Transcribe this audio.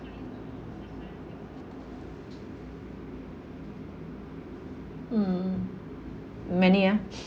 mm many ah